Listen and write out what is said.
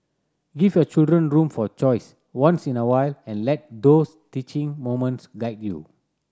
give your children room for choice once in a while and let those teaching moments guide you